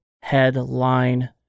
headline